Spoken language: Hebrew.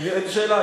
אין שאלה.